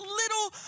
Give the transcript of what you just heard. little